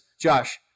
Josh